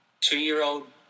two-year-old